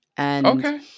Okay